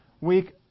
week